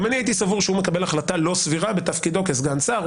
ואם אני הייתי סבור שהוא מקבל החלטה לא סבירה בתפקידו כסגן שר,